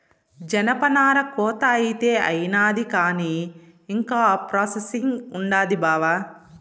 జనపనార కోత అయితే అయినాది కానీ ఇంకా ప్రాసెసింగ్ ఉండాది బావా